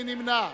מי נמנע?